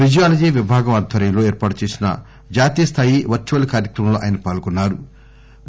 physiology విభాగం ఆధ్వర్యంలో ఏర్పాటు చేసిన జాతీయ స్దాయి వర్చువల్ కార్యక్రమంలో ఆయన పాల్గొన్నారు